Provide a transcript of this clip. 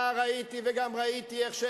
נער הייתי וגם ראיתי איך,